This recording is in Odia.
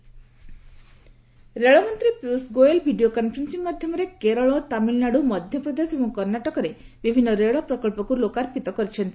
ରେଲଓ୍ େପ୍ରୋଜେକ୍ ରେଳମନ୍ତ୍ରୀ ପିୟୁଷ ଗୋଏଲ ଭିଡିଓ କନ୍ଫରେନ୍ନି ମାଧ୍ୟମରେ କେରଳତାମିଲନାଡୁ ମଧ୍ୟପ୍ରଦେଶ ଏବଂ କର୍ଣ୍ଣାଟକରେ ବିଭିନ୍ନ ରେଳପ୍ରକଳ୍ପକୁ ଲୋକାର୍ପିତ କରିଛନ୍ତି